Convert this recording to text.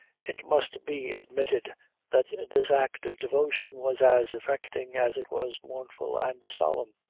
it must be admitted that this act of devotion was as affecting as it was mournful and solemn.